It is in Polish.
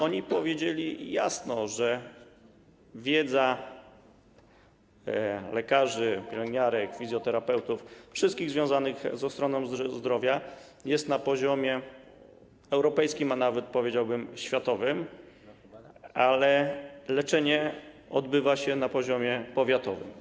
Oni powiedzieli jasno, że wiedza lekarzy, pielęgniarek, fizjoterapeutów, wszystkich związanych z ochroną zdrowia jest na poziomie europejskim, a nawet, powiedziałbym, światowym, ale leczenie odbywa się na poziomie powiatowym.